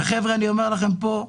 חבר'ה, אני אומר לכם פה,